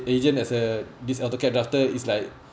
agent as a this autocad drafter is like